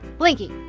blinky,